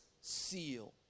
seal